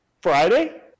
Friday